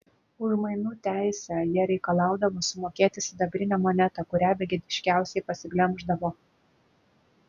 už mainų teisę jie reikalaudavo sumokėti sidabrinę monetą kurią begėdiškiausiai pasiglemždavo